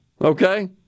okay